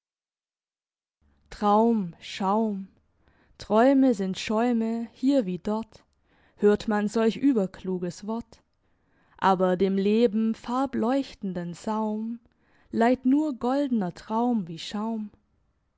traum schaum träume sind schäume hier wie dort hört man solch überkluges wort aber dem leben farbleuchtenden saum leiht nur goldener traum wie schaum